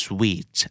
Sweet